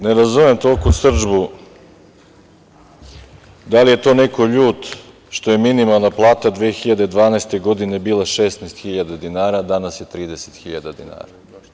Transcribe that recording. Ne razumem toliku srdžbu, da li je to neko ljut što je minimalna plata 2012. godine bila 16 hiljada dinara, a danas je 30 hiljada dinara.